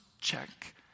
check